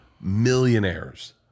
millionaires